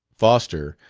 foster,